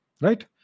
right